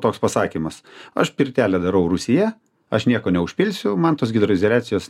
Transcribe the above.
toks pasakymas aš pirtelę darau rūsyje aš nieko neužpilsiu man tos hidroizoliacijos